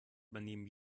übernehmen